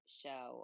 show